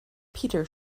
peter